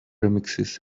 remixes